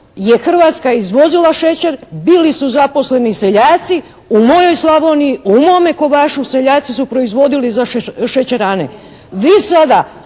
je Hrvatska izvozila šećer, bili su zaposleni seljaci. U mojoj Slavoniji, u mome Kobašu seljaci su proizvodili šećerane. Vi sada